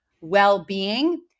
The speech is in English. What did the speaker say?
well-being